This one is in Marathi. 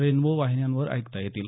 रेनबो वाहिन्यांवर ऐकता येतील